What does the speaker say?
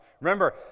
remember